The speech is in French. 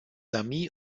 amis